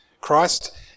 Christ